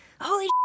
holy